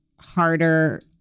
harder